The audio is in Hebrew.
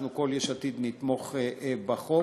אנחנו, כל יש עתיד, נתמוך בחוק,